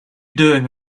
doing